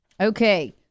Okay